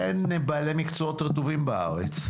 אין בעלי מקצועות רטובים בארץ.